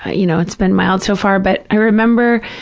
ah you know, it's been mild so far, but i remember,